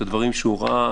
את הדברים שהוא ראה,